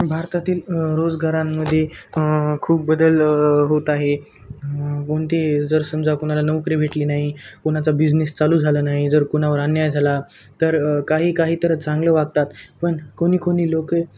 भारतातील रोजगारांमध्ये खूप बदल होत आहे कोणते जर समजा कोणाला नौकरी भेटली नाही कोणाचा बिझनेस चालू झाला नाही जर कोणावर अन्याय झाला तर काही काही तर चांगलं वागतात पण कोणी कोणी लोके